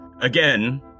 again